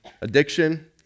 addiction